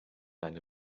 einer